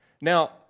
Now